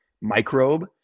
microbe